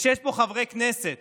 כשיש פה חברי כנסת